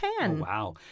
Wow